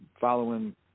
following